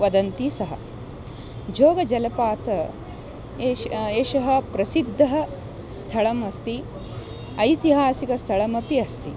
वदन्ति सः जोगजलपात् एषः एषः प्रसिद्धः स्थलम् अस्ति ऐतिहासिकस्थलमपि अस्ति